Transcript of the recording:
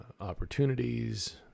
opportunities